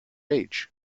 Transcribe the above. age